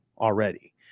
already